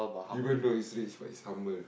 even though he's rich but he's humble